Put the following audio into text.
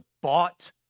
bought